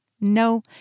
No